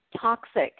toxic